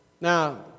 Now